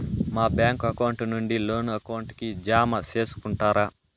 మా bank account నుండి loan account కి జామ సేసుకుంటారా?